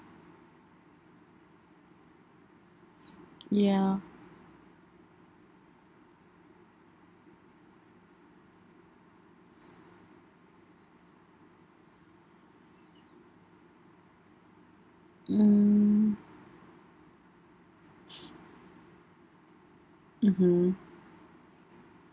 ya mm mmhmm